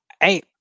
hey